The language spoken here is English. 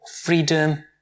freedom